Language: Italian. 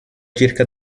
circa